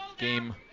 game